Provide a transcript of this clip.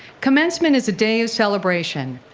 commencement is a day of celebration.